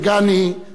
אבל בהחלט הם מתקשרים.